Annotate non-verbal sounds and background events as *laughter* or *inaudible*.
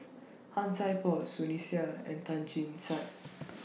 Han Sai Por Sunny Sia and Tan Chin *unintelligible*